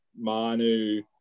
Manu